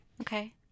Okay